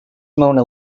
mona